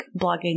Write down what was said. blogging